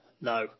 no